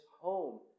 home